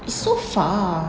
it's so far